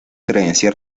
creencias